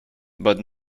but